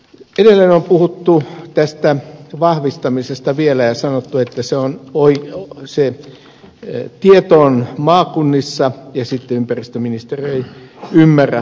edelleen on puhuttu tästä vahvistamisesta vielä ja sanottu että se tieto on maakunnissa ja sitten ympäristöministeriö ei ymmärrä vahvistaa